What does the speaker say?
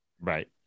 Right